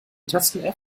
tasten